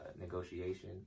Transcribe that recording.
negotiation